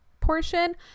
portion